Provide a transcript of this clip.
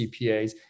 CPAs